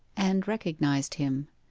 and recognized him.